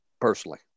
personally